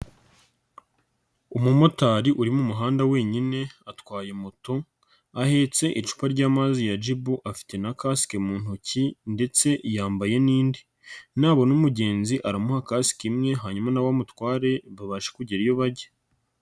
Umumotari uri mu muhanda wenyine atwaye moto, ahetse icupa ry'amazi ya Jibu afite na kasike mu ntoki ndetse yambaye n'indi, nabona umugenzi aramuha kasike imwe, hanyuma na we umutware babasha kugera iyo bajya.